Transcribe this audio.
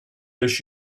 this